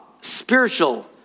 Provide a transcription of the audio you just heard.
spiritual